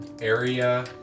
area